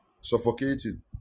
Suffocating